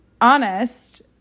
honest